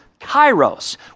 kairos